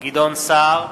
גדעון סער,